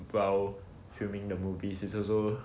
while filming the movie is also